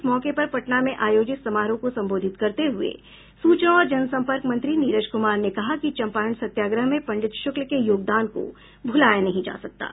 इस मौके पर पटना में आयोजित समारोह को संबोधित करते हुए सूचना और जनसंपर्क मंत्री नीरज कुमार ने कहा कि चंपारण सत्याग्रह में पंडित शुक्ल के योगदान को भुलाया नहीं जा सकता है